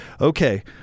okay